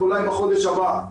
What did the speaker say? אולי בחודש הבא.